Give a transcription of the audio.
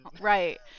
Right